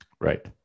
Right